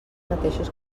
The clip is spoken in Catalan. mateixos